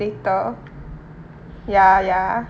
later ya ya